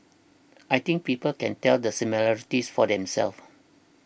I think people can tell the similarities for themselves